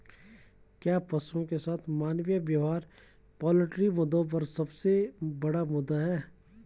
क्या पशुओं के साथ मानवीय व्यवहार पोल्ट्री मुद्दों का सबसे बड़ा मुद्दा है?